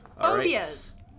Phobias